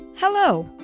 Hello